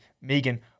Megan